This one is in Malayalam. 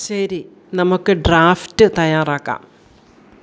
ശരി നമുക്ക് ഡ്രാഫ്റ്റ് തയ്യാറാക്കാം